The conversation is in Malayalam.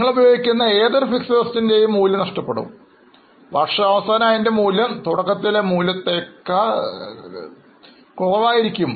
നിങ്ങൾ ഉപയോഗിക്കുന്ന ഏതൊരു Fixed asset എൻറെയുംമൂല്യം നഷ്ടപ്പെടും വർഷാവസാനം അതിൻറെ മൂല്യം തുടക്കത്തിലെ മൂല്യത്തേക്കാൾ കുറവായിരിക്കും